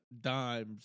dimes